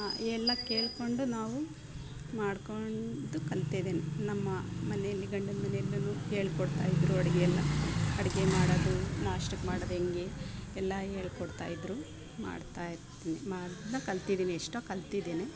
ಎಲ್ಲ ಕೇಳಿಕೊಂಡು ನಾವು ಮಾಡಿಕೊಂಡು ಕಲ್ತಿದ್ದೀನಿ ನಮ್ಮ ಮನೆಯಲ್ಲಿ ಗಂಡನ ಮನೆಯಲ್ಲಿ ಹೇಳ್ಕೊಡ್ತಾಯಿದ್ದರು ಅಡಿಗೆ ಎಲ್ಲ ಅಡಿಗೆ ಮಾಡೋದು ನಾಷ್ಟಕ್ಕೆ ಮಾಡೋದೇಗೆ ಎಲ್ಲ ಹೇಳ್ಕೊಡ್ತಾಯಿದ್ರು ಮಾಡ್ತಾಯಿದ್ದೆ ಮಾಡೋದನ್ನು ಕಲ್ತಿದ್ದೀನಿ ಎಷ್ಟೊ ಕಲ್ತಿದ್ದೀನಿ